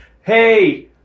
hey